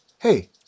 Hey